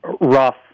rough